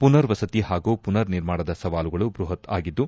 ಪುನರ್ವಸತಿ ಹಾಗೂ ಪುನರ್ ನಿರ್ಮಾಣದ ಸವಾಲುಗಳು ಬೃಹತ್ ಆಗಿದ್ದು